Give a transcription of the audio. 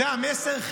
זה המסר.